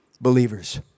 Believers